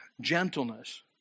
gentleness